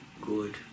good